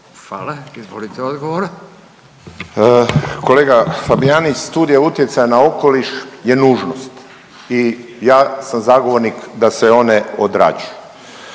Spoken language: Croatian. **Klarić, Tomislav (HDZ)** Kolega Fabijanić studija utjecaja na okoliš je nužnost. I ja sam zagovornik da se one odrađuju,